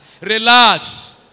Relax